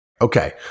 Okay